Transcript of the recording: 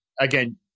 again